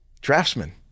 Draftsman